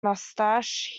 mustache